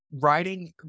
Writing